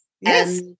Yes